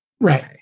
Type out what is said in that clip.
right